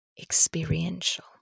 experiential